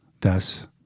Thus